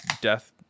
death